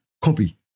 copy